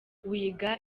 wiga